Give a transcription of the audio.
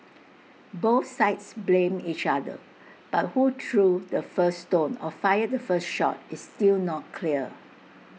both sides blamed each other but who threw the first stone or fired the first shot is still not clear